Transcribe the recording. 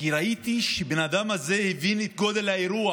ראיתי שהבן אדם הזה הבין את גודל האירוע